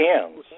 hands